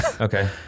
Okay